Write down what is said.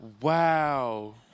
Wow